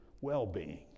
well-being